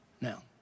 Now